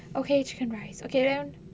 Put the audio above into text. okay chicken rice okay now